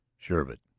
sure of it,